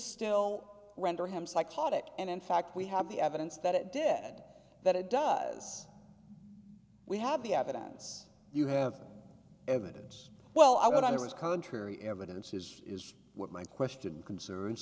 still render him psychotic and in fact we have the evidence that it did that it does we have the evidence you have evidence well i would i was contrary evidence is is what my question concerns